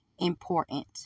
important